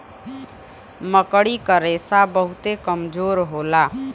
मकड़ी क रेशा बहुते कमजोर होला